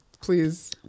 Please